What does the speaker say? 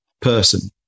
person